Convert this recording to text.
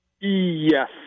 Yes